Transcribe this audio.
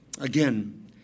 Again